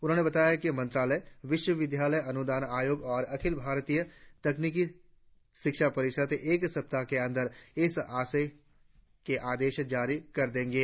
उन्होंने बताया कि मंत्रालय विश्वविद्यालय अनुदान आयोग और अखिल भारतीय तकनीकी शिक्षा परिषद एक सप्ताह के अंदर इस आशय के आदेश जारी कर देंगे